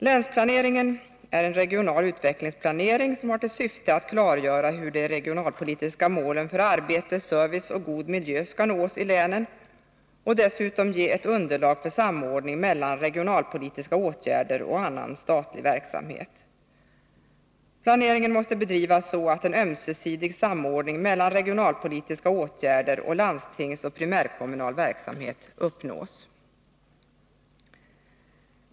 Länsplaneringen är en regional utvecklingsplanering som har till syfte att klargöra hur de regionalpolitiska målen för arbete, service och god miljö skall nås i länen och dessutom ge underlag för samordning mellan regionalpolitiska åtgärder och annan statlig verksamhet. Planeringen måste bedrivas så, att en ömsesidig samordning mellan regionalpolitiska åtgärder och landstingsoch primärkommunal verksamhet uppnås.